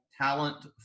talent